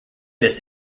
this